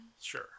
Sure